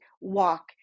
walk